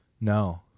No